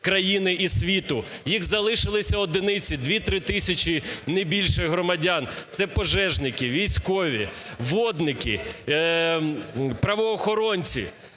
країни і світу, їх залилися одиниці, 2-3 тисячі, не більше, громадян. Це пожежники, військові, водники, правоохоронці.